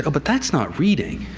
ah but that's not reading.